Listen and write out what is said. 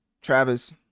Travis